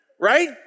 Right